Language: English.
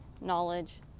Knowledge